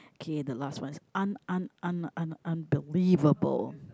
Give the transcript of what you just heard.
okay the last one is un~ un~ un~ un~ unbelievable